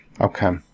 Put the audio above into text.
Okay